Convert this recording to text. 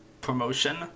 promotion